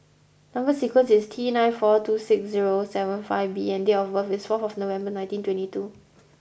number sequence is T nine four two six zero seven five B and date of birth is four November nineteen twenty two